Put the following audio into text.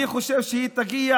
אני חושב שהיא תגיע